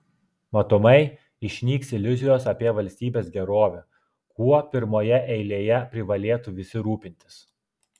matomai išnyks iliuzijos apie valstybės gerovę kuo pirmoje eilėje privalėtų visi rūpintis